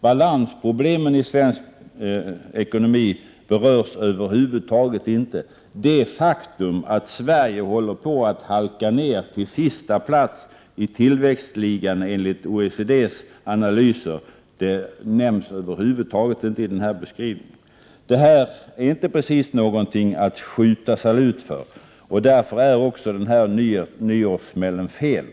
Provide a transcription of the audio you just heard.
Balansproblemen i svensk ekonomi berörs över huvud taget inte. Det faktum att Sverige enligt OECD:s analyser håller på att halka ned till sista platsi tillväxtligan nämns över huvud taget inte i denna beskrivning. Det här 115 är inte precis något att skjuta salut för, och därför är den vidtagna åtgärden — nyårssmällen — fel.